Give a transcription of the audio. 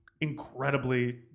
incredibly